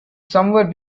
some